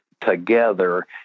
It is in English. together